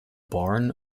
barn